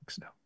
no